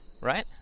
right